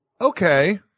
Okay